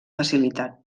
facilitat